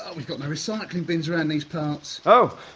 er, we've got no recycling bins round these parts. oh,